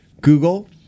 Google